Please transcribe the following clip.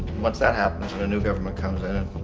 once that happens and a new goverment comes in it,